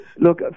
Look